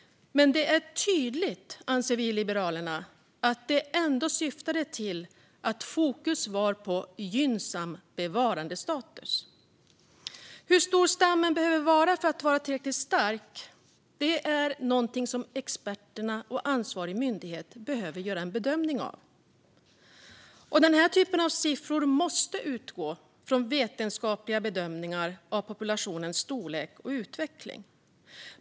Men vi i Liberalerna anser att det ändå syftade till att fokus var på gynnsam bevarandestatus. Hur stor stammen behöver vara för att vara tillräckligt stark är någonting som experterna och ansvarig myndighet behöver göra en bedömning av. Den här typen av siffror måste utgå från vetenskapliga bedömningar av populationens storlek och utveckling.